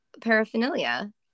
paraphernalia